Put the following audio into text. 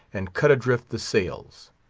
and cut adrift the sails.